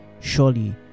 surely